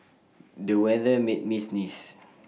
the weather made me sneeze